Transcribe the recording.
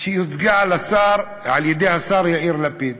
שיוצגה על-ידי השר יאיר לפיד,